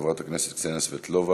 חברת הכנסת קסניה סבטלובה,